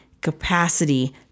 capacity